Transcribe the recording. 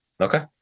Okay